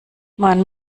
man